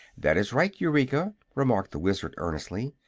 that is right, eureka, remarked the wizard, earnestly.